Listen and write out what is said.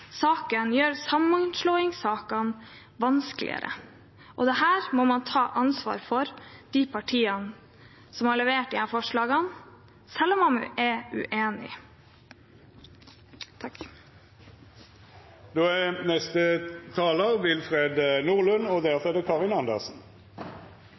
saken gjør sammenslåingssakene vanskeligere, og dette må de partiene som har levert disse forslagene, ta ansvar for, selv om man er uenig.